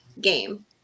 game